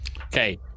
Okay